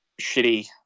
shitty